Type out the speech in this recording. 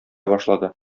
башлады